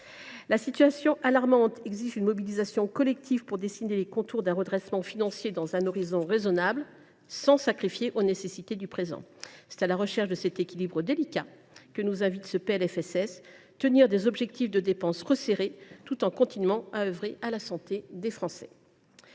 La situation, alarmante, exige une mobilisation collective pour dessiner les contours d’un redressement financier dans un horizon raisonnable, sans sacrifier aux nécessités du présent. C’est à la recherche de cet équilibre délicat que nous invite le PLFSS : tenir des objectifs de dépenses resserrés tout en continuant à œuvrer pour la santé des Français.